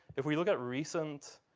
if we look at recent